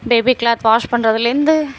baby cloth wash பண்ணுறதுலேந்து